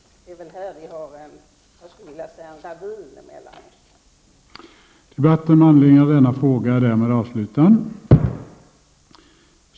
Jag skulle vilja säga att det när det gäller detta finns en ravin emellan oss.